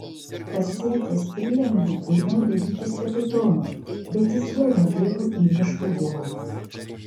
pasiekęs prieangį ėmiau dairytis kapitono bet jis vėl nubėgo į miško gilumą